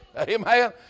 Amen